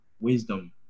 wisdom